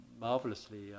marvelously